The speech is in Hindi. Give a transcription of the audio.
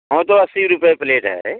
वो तो अस्सी रुपए प्लेट है